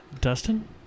Dustin